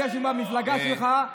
זה שהוא מהמפלגה שלך,